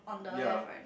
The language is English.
ya